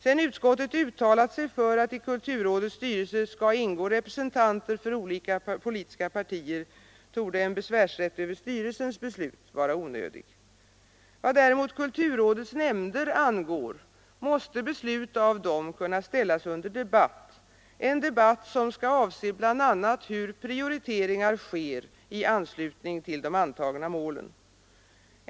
Sedan utskottet uttalat sig för att i kulturrådets styrelse skall ingå representanter för olika politiska partier torde en besvärsrätt över styrelsens beslut vara onödig. Vad däremot kulturrådets nämnder angår, måste beslut av dessa kunna ställas under debatt, en debatt som skall avse bl.a. hur prioriteringar sker i anslutning till de antagna målen.